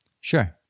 Sure